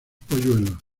polluelos